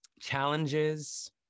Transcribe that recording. Challenges